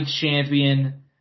champion